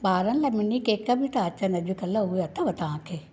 ॿारनि लाइ mini cake बि था अचनि अॼुकल्ह उहे अथव तव्हांखे